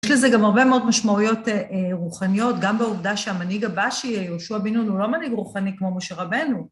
יש לזה גם הרבה מאוד משמעויות רוחניות, גם בעובדה שהמנהיג הבא שיהיה, יהושע בן-נון, הוא לא מנהיג רוחני כמו משה רבנו.